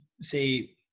say